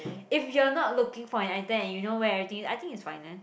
if you are not looking for an item and you know where everything is I think is fine eh